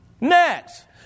Next